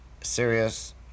serious